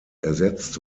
ersetzt